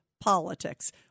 politics